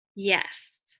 Yes